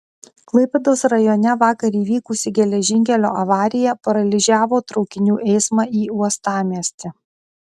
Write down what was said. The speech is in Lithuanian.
klaipėdos rajone vakar įvykusi geležinkelio avarija paralyžiavo traukinių eismą į uostamiestį